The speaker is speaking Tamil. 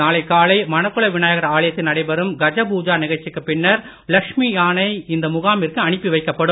நாளை காலை மணக்குள விநாயகர் ஆலயத்தில் நடைபெறும் கஜ பூஜா நிகழ்ச்சிக்குப் பின்னர் லக்ஷ்மி யானை இந்த முகாமிற்கு அனுப்பி வைக்கப்படும்